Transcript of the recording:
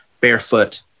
barefoot